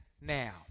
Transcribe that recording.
now